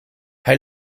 hij